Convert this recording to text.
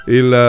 il